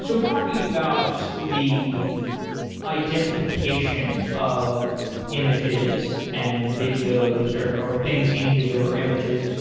so are talking about the identification of images and videos or or things in video or images.